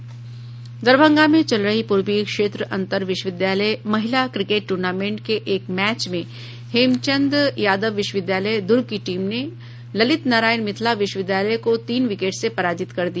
दरभंगा में चल रही पूर्वी क्षेत्र अंतर विश्वविद्यालय महिला क्रिकेट टूर्नामेंट के एक मैच में हेमचंद यादव विश्वविद्यालय दुर्ग की टीम ने ललित नारायण मिथिला विश्वविद्यालय को तीन विकेट से पराजित कर दिया